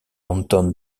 anton